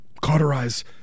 cauterize